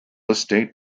estate